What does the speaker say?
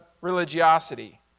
religiosity